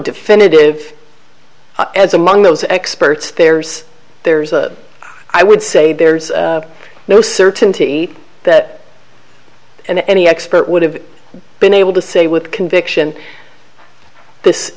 definitive as among those experts there's there's a i would say there's no certainty that in any expert would have been able to say with conviction this